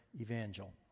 Evangel